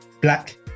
Black